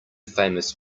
famous